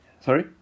sorry